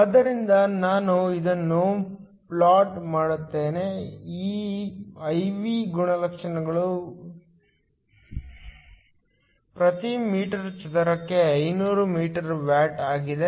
ಆದ್ದರಿಂದ ನಾನು ಇದನ್ನು ಪ್ಲಾಟ್ ಮಾಡುತ್ತೇನೆ ಈ I V ಗುಣಲಕ್ಷಣವು ಪ್ರತಿ ಮೀಟರ್ ಚದರಕ್ಕೆ 500 ವ್ಯಾಟ್ ಆಗಿದೆ